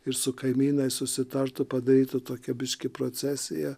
ir su kaimynais susitartų padarytų tokią biški procesiją